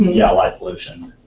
yeah, light pollution,